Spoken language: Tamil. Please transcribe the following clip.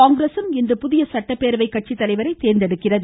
காங்கிரஸும் இன்று புதிய சட்டப்பேரவை கட்சித்ததலைவரை தேர்ந்தெடுக்கிறது